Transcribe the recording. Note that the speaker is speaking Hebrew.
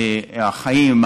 החיים,